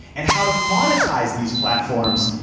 and how to monetize these platforms,